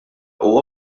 huwa